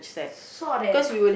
sot eh